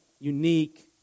unique